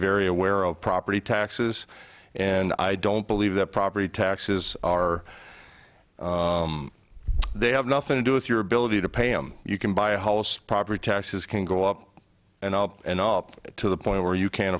very aware of property taxes and i don't believe that property taxes are they have nothing to do with your ability to pay him you can buy a house property taxes can go up and up and up to the point where you can